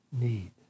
need